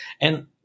And-